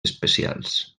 especials